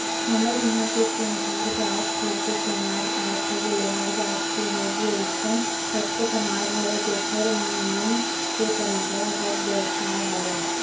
हमर इहाँ के कुम्हार जात होगे, सोनार जात होगे, लोहार जात के होगे अइसन कतको समाज हवय जेखर मन के पंरापरागत बेवसाय हवय